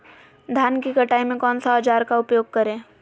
धान की कटाई में कौन सा औजार का उपयोग करे?